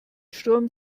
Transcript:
sturm